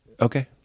Okay